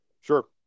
Sure